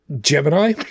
Gemini